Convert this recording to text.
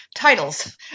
titles